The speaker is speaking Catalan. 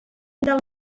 del